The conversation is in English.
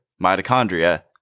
mitochondria